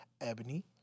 ebony